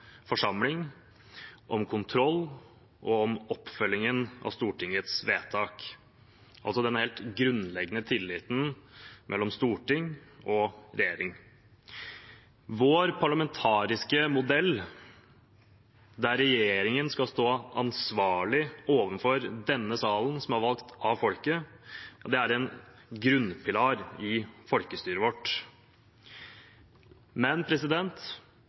forsamling, om kontroll og om oppfølgingen av Stortingets vedtak – altså den helt grunnleggende tilliten mellom storting og regjering. Vår parlamentariske modell, der regjeringen skal stå ansvarlig overfor denne salen, som er valgt av folket, er en grunnpilar i folkestyret vårt. Men